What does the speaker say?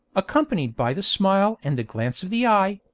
accompanied by the smile and the glance of the eye,